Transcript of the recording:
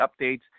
updates